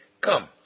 Come